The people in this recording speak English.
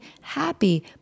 happy